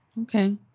Okay